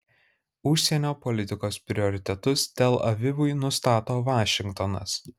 užsienio politikos prioritetus tel avivui nustato vašingtonas